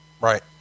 Right